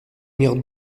mirent